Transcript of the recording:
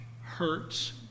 hurts